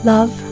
Love